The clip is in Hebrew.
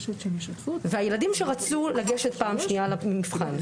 והילדים שרצו לגשת פעם שנייה למבחן,